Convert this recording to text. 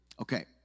Okay